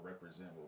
represent